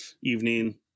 evening